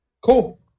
Cool